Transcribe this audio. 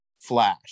Flash